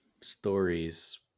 stories